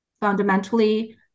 fundamentally